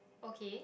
okay